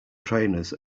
trainers